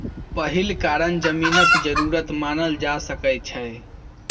पहिल कारण जमीनक जरूरत मानल जा सकइ छै